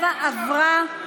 47) עברה,